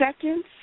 seconds